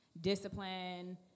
discipline